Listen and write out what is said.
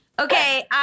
Okay